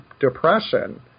depression